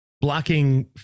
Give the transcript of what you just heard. blocking